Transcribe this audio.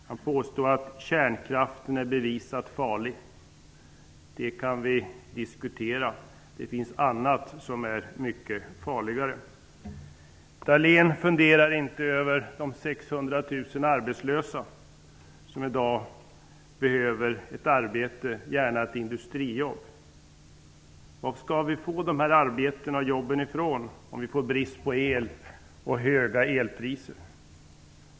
Han påstår att kärnkraften är bevisat farlig. Det kan vi diskutera. Det finns annat som är mycket farligare. Daléus funderar inte över de 600 000 arbetslösa som i dag behöver ett arbete, gärna ett industrijobb. Varifrån skall vi få jobben om vi får brist på el och höga elpriser?